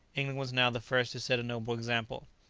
england was now the first to set a noble example.